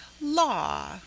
law